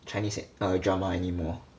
chinese uh drama anymore